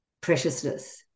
preciousness